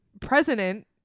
president